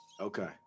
Okay